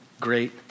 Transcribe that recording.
great